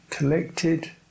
Collected